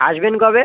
আসবেন কবে